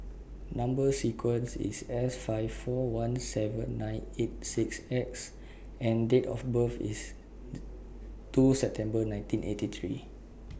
Number sequence IS S five four one seven nine eight six X and Date of birth IS two September nineteen eighty three